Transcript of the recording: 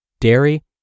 dairy